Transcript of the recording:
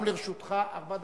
גם לרשותך ארבע דקות.